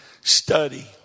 Study